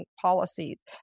policies